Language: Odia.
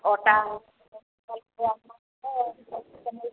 ଅଟା